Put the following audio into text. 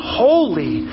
holy